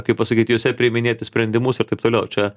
kaip pasakyti jose priiminėti sprendimus ir taip toliau čia